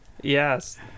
Yes